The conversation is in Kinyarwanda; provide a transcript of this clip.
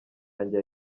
yanjye